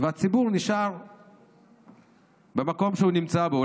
והציבור נשאר במקום שהוא נמצא בו,